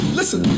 listen